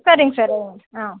சரிங்க சார் ஆ ஆ